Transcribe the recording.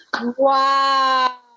Wow